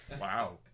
Wow